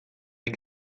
bet